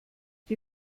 die